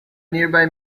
nearby